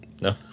No